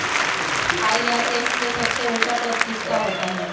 IRS में सबसे ऊंचा पद किसका होता है?